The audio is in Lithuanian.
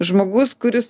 žmogus kuris